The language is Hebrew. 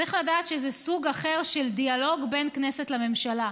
צריך לדעת שזה סוג אחר של דיאלוג בין כנסת לממשלה.